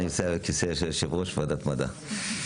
אני יושב על כיסא יושב ראש ועדת מדע.